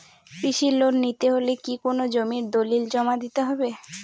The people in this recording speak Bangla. কৃষি লোন নিতে হলে কি কোনো জমির দলিল জমা দিতে হবে?